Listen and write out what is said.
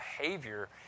behavior